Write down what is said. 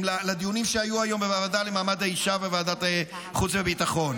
אם לדיונים שהיו היום בוועדה למעמד האישה ובוועדת החוץ והביטחון.